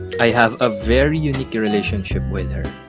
i have a very unique ah relationship with her